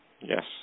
Yes